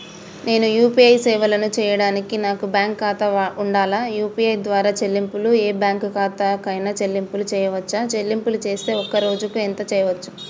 నేను యూ.పీ.ఐ సేవలను చేయడానికి నాకు బ్యాంక్ ఖాతా ఉండాలా? యూ.పీ.ఐ ద్వారా చెల్లింపులు ఏ బ్యాంక్ ఖాతా కైనా చెల్లింపులు చేయవచ్చా? చెల్లింపులు చేస్తే ఒక్క రోజుకు ఎంత చేయవచ్చు?